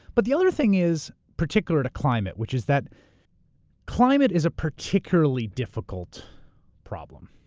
but the other thing is particular to climate, which is that climate is a particularly difficult problem.